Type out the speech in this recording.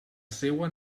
seva